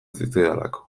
zitzaidalako